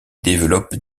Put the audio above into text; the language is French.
développent